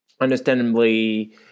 understandably